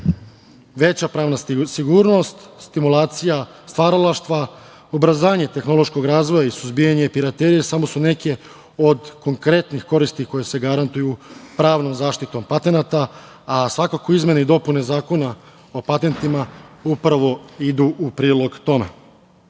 pravna sigurnost, stimualcija stvaralaštva, ubrzanje tehnološkog razvoja i suzbijanje piraterije samo su neke od konkretnih koristi koje se garantuju pravnom zaštitom patenata. Svakako, izmene i dopune Zakona o patentima upravo idu u prilog tome. Pored